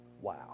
Wow